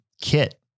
kit